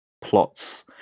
plots